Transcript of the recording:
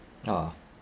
ah